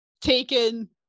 taken